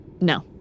No